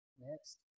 Next